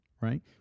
right